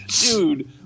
dude